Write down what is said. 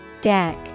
DECK